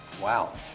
Wow